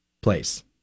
place